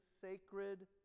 sacred